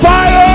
Fire